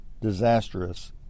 disastrous